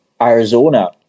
Arizona